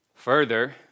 Further